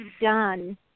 done